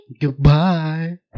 Goodbye